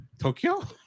Tokyo